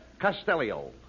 Castellio